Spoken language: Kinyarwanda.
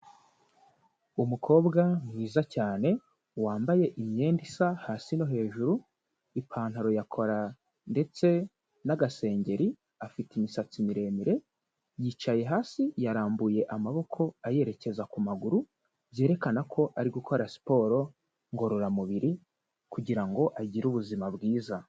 Umukobwa mwiza cyane wambaye imyenda isa hasi no hejuru, ipantaro ya kora ndetse n'agasengeri, afite imisatsi miremire, yicaye hasi yarambuye amaboko ayerekeza ku maguru, byerekana ko ari gukora siporo ngororamubiri kugira ngo agire ubuzima bwiza.